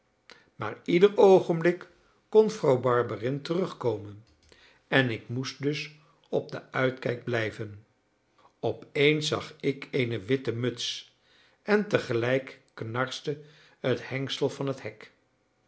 maar ieder oogenblik kon vrouw barberin terugkomen en ik moest dus op den uitkijk blijven opeens zag ik eene witte muts en tegelijk knarste het hengsel van het hek